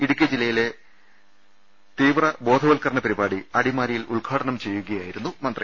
ഇടുക്കി ജില്ലയിലെ തീവ്ര ബോധവൽക്കരണ പരിപാടി അടിമാലിയിൽ ഉദ്ഘാടനം ചെയ്യുകയായിരുന്നു മന്ത്രി